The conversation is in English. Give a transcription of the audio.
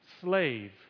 Slave